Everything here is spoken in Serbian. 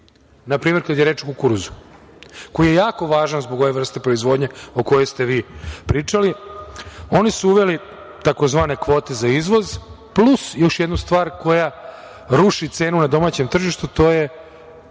Na primer, kada je reč o kukuruzu koji je jako važno zbog ove vrste proizvodnje o kojoj ste vi pričali. Oni su uveli tzv. kvote za izvoz plus još jednu stvar koja ruši cenu na domaćem tržištu, a to je